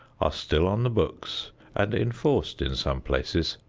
are still on the books and enforced in some places.